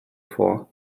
for